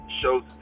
shows